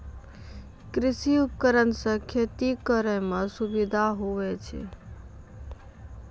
कृषि उपकरण से खेती करै मे सुबिधा हुवै छै